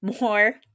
More